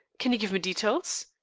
can you give me details?